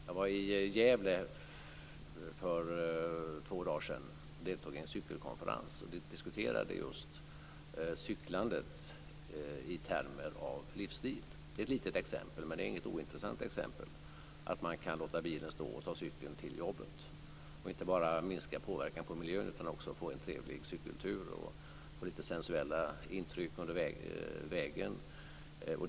Jag var i Gävle för två dagar sedan och deltog i en cykelkonferens, där vi diskuterade just cyklandet i termer av livsstil. Det är ett litet exempel, men det är inte ointressant. Man kan låta bilen stå och ta cykeln till jobbet, och därmed kan man inte bara minska påverkan på miljön utan också få en trevlig cykeltur med sensuella intryck under vägen.